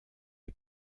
est